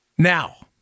Now